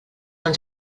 ens